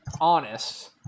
honest